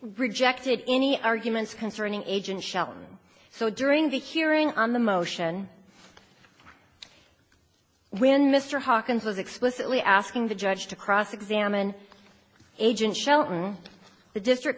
rejected any arguments concerning agent shelton so during the hearing on the motion when mr hawkins was explicitly asking the judge to cross examine agent shelton the district